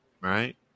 Right